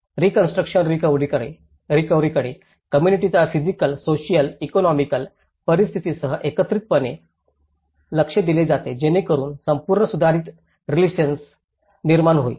reconstruction रिकव्हरीकडे कोम्मुनिटीच्या physical social economic परिस्थितींसह एकत्रितपणे एकत्रितपणे लक्ष दिले जाते जेणेकरून संपूर्ण सुधारित रेसिलियन्स निर्माण होईल